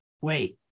Wait